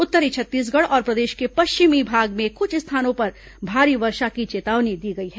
उत्तरी छत्तीसगढ़ और प्रदेश के पश्चिमी भाग में कुछ स्थानों पर भारी वर्षा की चेतावनी दी गई है